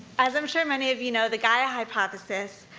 as i'm sure many of you know, the gaia hypothesis,